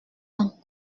ans